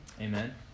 Amen